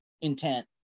intent